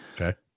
Okay